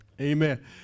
Amen